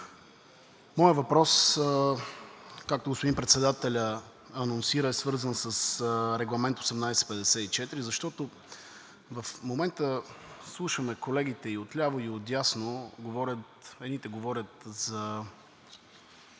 Моят въпрос, както господин председателят анонсира, е свързан с Регламент 1854, защото в момента слушаме колегите и отляво, и отдясно, едните говорят за